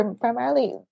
primarily